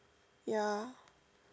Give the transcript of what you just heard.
ya